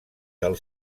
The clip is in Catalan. del